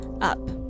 up